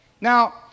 Now